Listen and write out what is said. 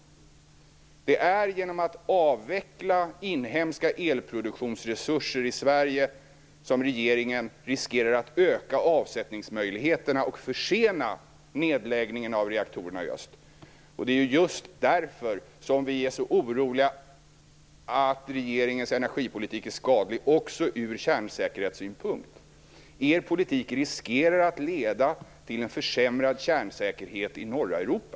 Det är genom att avveckla inhemska elproduktionsresurser i Sverige som regeringen riskerar att öka avsättningsmöjligheterna och försena nedläggningen av reaktorerna i öster. Det är just därför som vi är så oroliga, att regeringens energipolitik är skadlig också från kärnsäkerhetssynpunkt. Er politik riskerar att leda till en försämrad kärnsäkerhet i norra Europa.